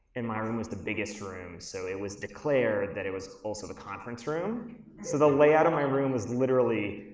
and my room was the biggest room, so it was declared that it was also the conference room. so the layout of my room was literally,